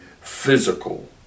physical